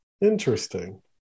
Interesting